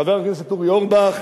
חבר הכנסת אורי אורבך,